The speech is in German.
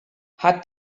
hat